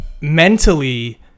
mentally